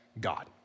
God